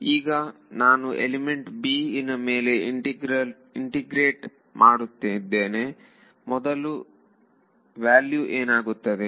ಈಗ ನಾನು element b ಇನ ಮೇಲೆ ಇಂಟಿಗ್ರಲ್ ಮಾಡುತ್ತಿದ್ದೇನೆ ಮೊದಲ ವ್ಯಾಲ್ಯೂ ಏನಾಗಿರುತ್ತದೆ